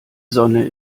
sonne